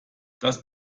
das